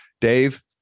Dave